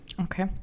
Okay